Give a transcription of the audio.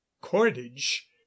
cordage